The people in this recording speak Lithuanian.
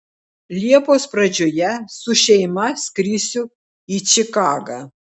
liepos pradžioje su šeima skrisiu į čikagą